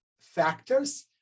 factors